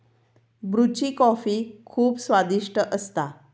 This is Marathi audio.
ब्रुची कॉफी खुप स्वादिष्ट असता